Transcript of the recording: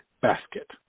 basket